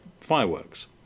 fireworks